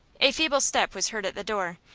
a feeble step was heard at the door,